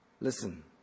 Listen